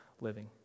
living